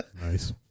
Nice